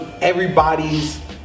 everybody's